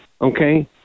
Okay